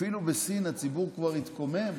אפילו בסין הציבור כבר התקומם,